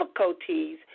difficulties